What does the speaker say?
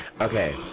Okay